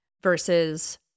versus